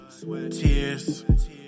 tears